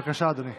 בבקשה, אדוני.